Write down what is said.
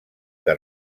que